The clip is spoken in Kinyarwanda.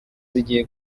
zijyiye